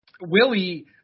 Willie